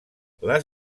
les